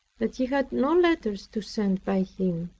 that he had no letters to send by him.